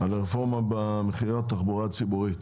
הרפורמה במחירי התחבורה הציבורית.